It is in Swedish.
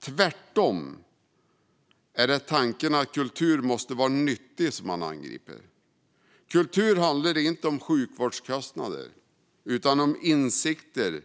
Tvärtom var det tanken att kultur måste vara nyttig som han angrep. Kultur handlar inte om sjukvårdskostnader utan om insikter